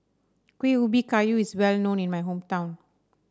Kueh Ubi Kayu is well known in my hometown